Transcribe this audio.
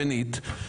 שנית,